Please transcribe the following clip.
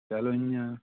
चलो इ'यां